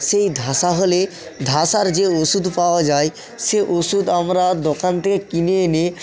সেই ধসা হলে ধসার যে ওষুধ পাওয়া যায় সে ওষুধ আমরা দোকান থেকে কিনে এনে